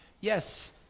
Yes